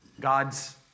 God's